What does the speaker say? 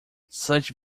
such